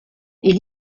est